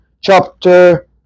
chapter